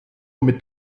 mit